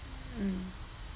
mm